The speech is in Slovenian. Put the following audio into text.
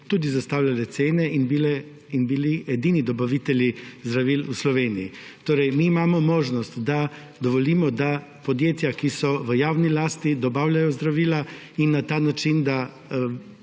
tudi zastavljale cene in bili edini dobavitelji zdravil v Sloveniji. Mi imamo možnost, da dovolimo, da podjetja, ki so v javni lasti, dobavljajo zdravila in se na ta način